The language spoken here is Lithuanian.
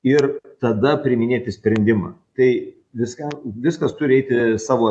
ir tada priiminėti sprendimą tai viską viskas turi eiti savo